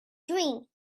dream